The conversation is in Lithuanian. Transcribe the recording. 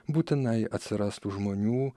būtinai atsirastų žmonių